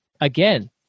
again